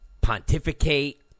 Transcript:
pontificate